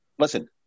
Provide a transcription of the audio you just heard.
Listen